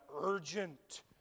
urgent